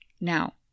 Now